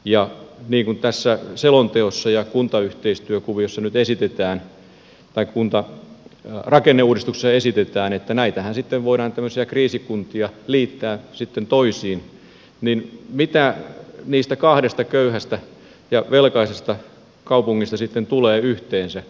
niin kuin tässä selonteossa ja kuntarakenneuudistuksessa esitetään että näitä tämmöisiä kriisikuntia sitten voidaan liittää toisiin niin mitä niistä kahdesta köyhästä ja velkaisesta kaupungista sitten tulee yhteensä